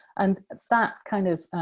and that, kind of,